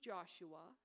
Joshua